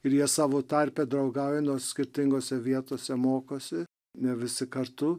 ir jie savo tarpe draugauja nors skirtingose vietose mokosi ne visi kartu